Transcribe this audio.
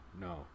no